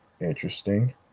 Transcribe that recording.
interesting